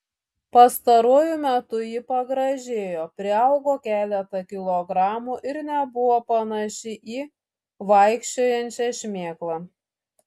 pastaruoju metu ji pagražėjo priaugo keletą kilogramų ir nebebuvo panaši į vaikščiojančią šmėklą